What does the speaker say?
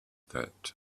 that